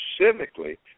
specifically